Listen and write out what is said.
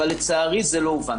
אבל לצערי זה לא הובן.